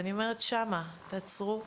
ואני אומרת: תעצרו שם.